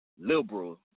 liberal